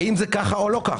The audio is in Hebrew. האם זה כך או לא?